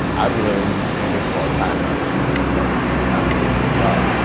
i've learned first of all time management because can't be late to your job,